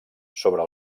sobre